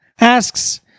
asks